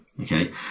okay